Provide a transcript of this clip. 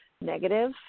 negative